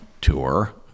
tour